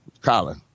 Colin